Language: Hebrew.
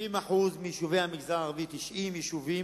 כ-70% מיישובי המגזר הערבי, 90 יישובים,